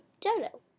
Dodo